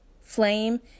flame